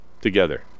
together